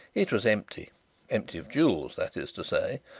it was empty empty of jewels, that is to say,